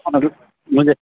مجھے